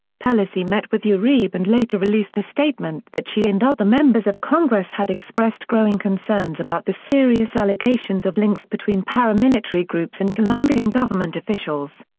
pelosi met with uribe and later released a statement that she and other members of congress had expressed growing concerns about the serious allegations of links between paramilitary groups and colombian government officials.